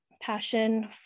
passion